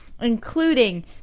Including